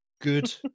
Good